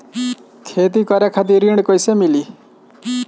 खेती करे खातिर ऋण कइसे मिली?